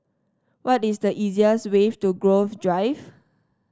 what is the easiest way to Grove Drive